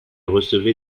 recevait